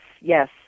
yes